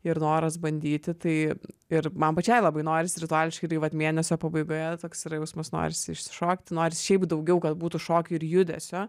ir noras bandyti tai ir man pačiai labai norisi rituališkai tai vat mėnesio pabaigoje toks yra jausmas nors išsišokti noris šiaip daugiau kad būtų šokių ir judesio